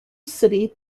city